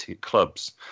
clubs